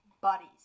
bodies